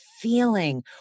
feeling